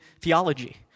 theology